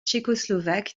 tchécoslovaque